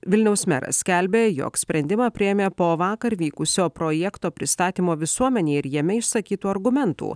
vilniaus meras skelbia jog sprendimą priėmė po vakar vykusio projekto pristatymo visuomenei ir jame išsakytų argumentų